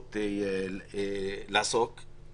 ולא בטוח שהנוסח הזה משקף את זה.